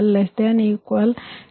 36PL 20